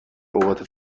اوقات